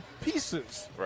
pieces